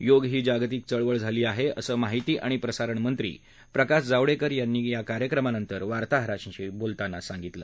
योग ही जागतिक चळवळ झाली आहे असं माहिती आणि प्रसारणमंत्री प्रकाश जावडेकर यांनी या कार्यक्रमानंतर वार्ताहरांशी बोलताना सांगितलं